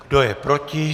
Kdo je proti?